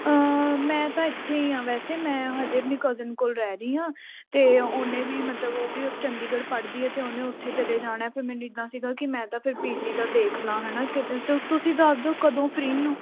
ਮੈਂ ਤਾਂ ਇੱਥੇ ਹੀ ਹਾਂ ਵੈਸੇ ਮੈਂ ਹਜੇ ਆਪਣੀ ਕਜ਼ਨ ਕੋਲ ਰਹਿ ਰਹੀ ਹਾਂ ਅਤੇ ਉਹਨੇ ਵੀ ਮਤਲਬ ਉਹ ਵੀ ਓ ਚੰਡੀਗੜ੍ਹ ਪੜ੍ਹਦੀ ਹੈ ਅਤੇ ਉਹਨੇ ਉੱਥੇ ਚਲੇ ਜਾਣਾ ਫਿਰ ਮੈਨੂੰ ਇੱਦਾਂ ਸੀਗਾ ਕਿ ਮੈਂ ਤਾਂ ਫਿਰ ਜੀ ਦਾ ਦੇਖਲਾਂ ਹੈ ਨਾ ਕਿ ਦ ਤੁਸੀਂ ਦੱਸ ਦਿਉ ਕਦੋਂ ਫ੍ਰੀ ਹੋਂ